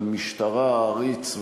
על משטרה העריץ,